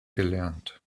gelernt